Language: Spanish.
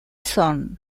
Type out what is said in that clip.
son